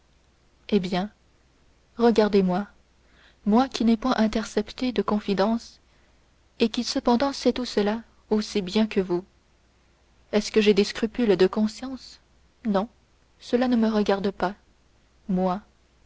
eh bien regardez-moi moi qui n'ai point intercepté de confidence et qui cependant sait tout cela aussi bien que vous est-ce que j'ai des scrupules de conscience non cela ne me regarde pas moi